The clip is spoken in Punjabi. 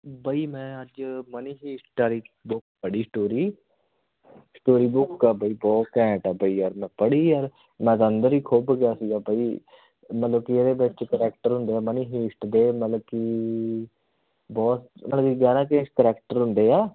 ਬਈ ਮੈਂ ਅੱਜ ਮਨੀ ਹਿਸਟ ਵਾਲੀ ਬੁੱਕ ਪੜ੍ਹੀ ਸਟੋਰੀ ਸਟੋਰੀ ਬੁੱਕ ਆ ਬਈ ਬਹੁਤ ਘੈਂਟ ਆ ਬਈ ਯਾਰ ਮੈਂ ਪੜ੍ਹੀ ਯਾਰ ਮੈਂ ਤਾਂ ਅੰਦਰ ਹੀ ਖੂੱਬ ਗਿਆ ਸੀਗਾ ਬਈ ਮਤਲਬ ਕਿ ਇਹਦੇ ਵਿੱਚ ਕਰੈਕਟਰ ਹੁੰਦੇ ਹੈ ਮਨੀ ਹਿਸਟ ਦੇ ਮਤਲਬ ਕਿ ਬਹੁਤ ਮਤਲਬ ਕਿ ਗਿਆਰਾਂ ਕ ਏ ਕਰੈਕਟਰ ਹੁੰਦੇ ਆ